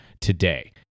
today